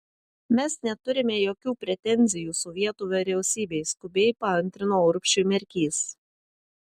mes neturime jokių pretenzijų sovietų vyriausybei skubiai paantrino urbšiui merkys